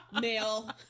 male